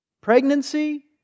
pregnancy